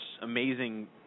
amazing